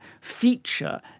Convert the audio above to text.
feature